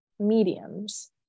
mediums